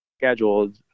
Scheduled